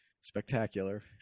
spectacular